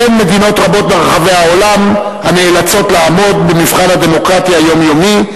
אין מדינות רבות ברחבי העולם הנאלצות לעמוד במבחן הדמוקרטיה היומיומי,